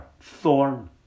thorn